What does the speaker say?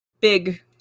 big